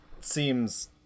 seems